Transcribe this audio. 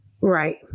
Right